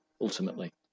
ultimately